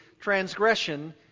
transgression